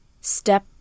Step